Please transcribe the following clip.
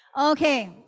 Okay